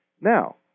Now